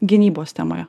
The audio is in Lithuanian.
gynybos temoje